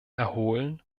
erholen